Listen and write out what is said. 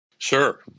Sure